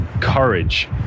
courage